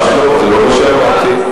ממש לא, זה לא מה שאמרתי.